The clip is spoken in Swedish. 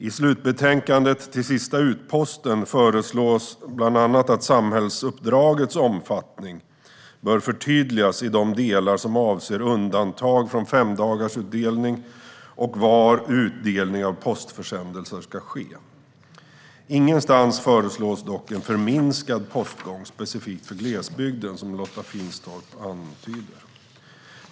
I slutbetänkandet Till sista utposten föreslås bland annat att samhällsuppdragets omfattning bör förtydligas i de delar som avser undantag från femdagarsutdelning och var utdelning av postförsändelser ska ske. Ingenstans föreslås dock en förminskad postgång specifikt för glesbygden, som Lotta Finstorp antyder.